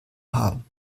haben